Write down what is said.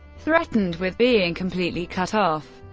threatened with being completely cut off,